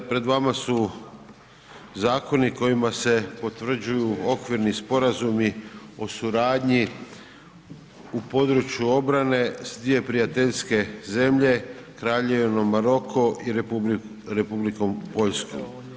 Pred vama su zakoni kojima se potvrđuju Okvirni sporazumi o suradnji u području obrane, s dvije prijateljske zemlje, Kraljevinom Maroko i Republikom Poljskom.